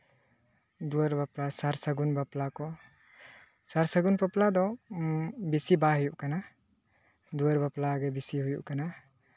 ᱫᱩᱣᱟᱹᱨ ᱵᱟᱯᱞᱟ ᱥᱟᱨ ᱥᱟᱹᱜᱩᱱ ᱵᱟᱯᱞᱟ ᱠᱚ ᱥᱟᱨ ᱥᱟᱹᱜᱩᱱ ᱵᱟᱯᱞᱟ ᱫᱚ ᱵᱮᱥᱤ ᱵᱟᱭ ᱦᱩᱭᱩᱜ ᱠᱟᱱᱟ ᱫᱩᱣᱟᱹᱨ ᱵᱟᱯᱞᱟ ᱜᱮ ᱵᱮᱥᱤ ᱦᱩᱭᱩᱜ ᱠᱟᱱᱟ